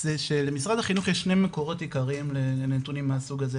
זה שלמשרד החינוך יש שני מקורות עיקריים לנתונים מהסוג הזה,